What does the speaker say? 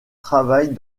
travaillent